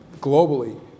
globally